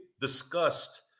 discussed